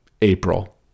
April